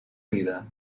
vida